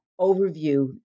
overview